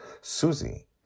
Susie